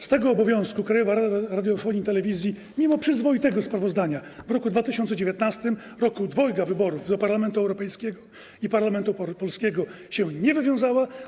Z tego obowiązku Krajowa Rada Radiofonii i Telewizji, mimo przyzwoitego sprawozdania, w roku 2019, roku dwojga wyborów: do Parlamentu Europejskiego i parlamentu polskiego, się nie wywiązała.